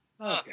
Okay